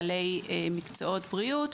בעלי מקצועות בריאות,